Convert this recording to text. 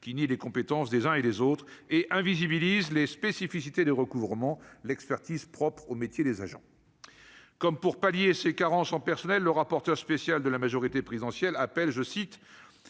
qui nie les compétences des uns et des autres et invisibiliser les spécificités de recouvrement, l'expertise propre au métier des agents comme pour pallier ces carences en personnel, le rapporteur spécial de la majorité présidentielle appelle, je cite,